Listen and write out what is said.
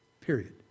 Period